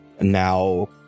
Now